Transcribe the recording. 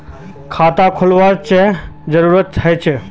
खाता खोलना चाँ जरुरी जाहा?